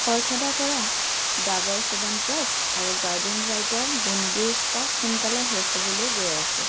খৰখেদা কৰা ডাৱৰ চ্যৱনপ্ৰাচ আৰু গাৰ্ডেন ৰাইতা বুণ্ডিৰ ষ্টক সোনকালে শেষ হ'বলৈ গৈ আছে